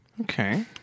Okay